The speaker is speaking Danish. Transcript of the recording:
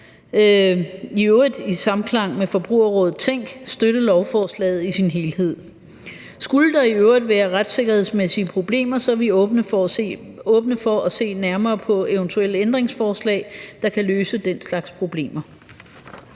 i øvrigt i samklang med Forbrugerrådet Tænk støtte lovforslaget i sin helhed. Skulle der i øvrigt være retssikkerhedsmæssige problemer, er vi åbne for at se nærmere på eventuelle ændringsforslag, der kan løse den slags problemer.